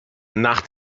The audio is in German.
nach